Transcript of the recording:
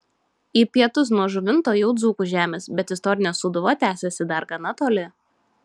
į pietus nuo žuvinto jau dzūkų žemės bet istorinė sūduva tęsiasi dar gana toli